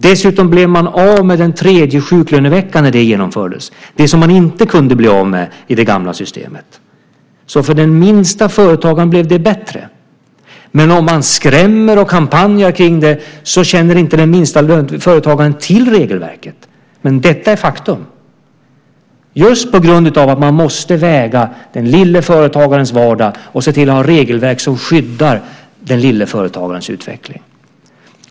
Dessutom blev de av med den tredje sjuklöneveckan när detta genomfördes, som de inte kunde bli av med i det gamla systemet, så för de minsta företagen blev det bättre. Men man skrämmer och kampanjar kring detta, och det gör att de minsta företagen inte känner till regelverket. Men detta är faktum just på grund av att vi väger den lille företagarens vardag och ser till att ha regelverk som skyddar den lille företagarens utveckling.